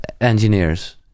engineers